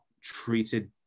treated